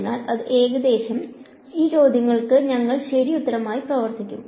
അതിനാൽ അത് ഏകദേശം അതിനാൽ ഈ ചോദ്യങ്ങൾ ഞങ്ങൾ ശരിയുമായി പ്രവർത്തിക്കും